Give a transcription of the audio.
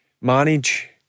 manage